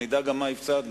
שנדע גם מה הפסדנו.